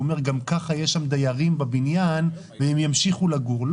אומר גם ככה יש שם דיירים בבניין והם ימשיכו לגור,